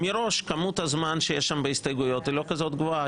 כמות הזמן שיש שם בהסתייגויות מראש לא כזאת גדולה.